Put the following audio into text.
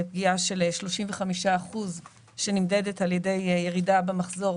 פגיעה של 35 אחוזים שנמדדת על ידי ירידה במחזור,